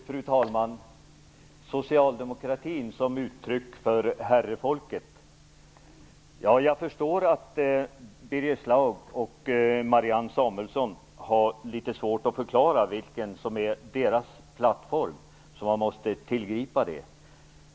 Fru talman! Vad gäller socialdemokratin som uttryck för herrefolket förstår jag att Birger Schlaug och Marianne Samuelsson har litet svårt att förklara vilken plattform de står på och att de därför måste tillgripa en sådan beskrivning.